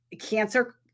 cancer